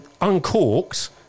Uncorked